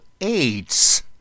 AIDS